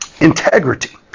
integrity